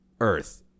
earth